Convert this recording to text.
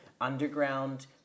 underground